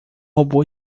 robô